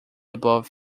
above